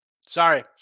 Sorry